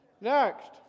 Next